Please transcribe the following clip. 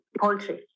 poultry